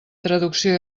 traducció